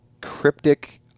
cryptic